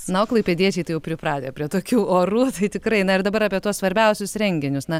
na o klaipėdiečiai jau pripratę prie tokių orų tai tikrai na ir dabar apie tuos svarbiausius renginius na